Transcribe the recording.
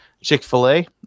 Chick-fil-A